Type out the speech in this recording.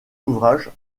ouvrage